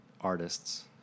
artists